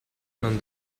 non